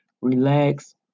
relax